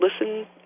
listen